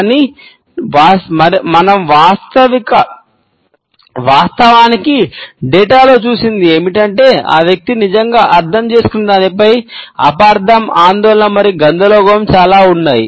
కానీ మనం వాస్తవానికి డేటాలో చూసినది ఏమిటంటే ఆ వ్యక్తి నిజంగా అర్థం చేసుకున్న దానిపై అపార్థం ఆందోళన మరియు గందరగోళం చాలా ఉన్నాయి